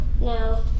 No